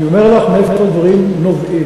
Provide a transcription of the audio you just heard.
אני אומר לך מאיפה הדברים נובעים.